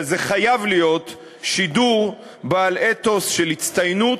אבל זה חייב להיות שידור בעל אתוס של הצטיינות,